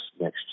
next